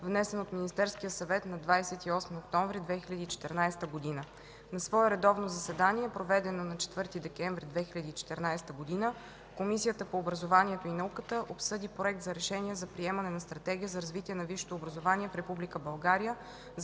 внесен от Министерския съвет на 28 октомври 2014 г. На свое редовно заседание, проведено на 4 декември 2014 г., Комисията по образованието и науката обсъди Проект за решение за приемане на Стратегия за развитие на висшето образование в